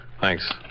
Thanks